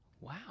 Wow